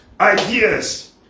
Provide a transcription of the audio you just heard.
Ideas